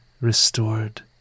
restored